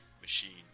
machine